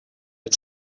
had